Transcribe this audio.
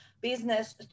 business